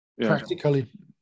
practically